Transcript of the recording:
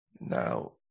Now